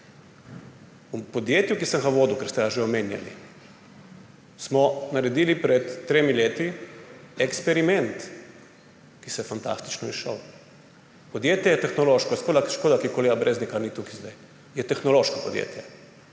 V podjetju, ki sem ga vodil, ker ste ga že omenjali, smo naredili pred tremi leti eksperiment, ki se je fantastično izšel. Podjetje je tehnološko – škoda, ker kolega Breznika ni tukaj zdaj – je tehnološko podjetje